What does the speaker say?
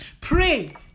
Pray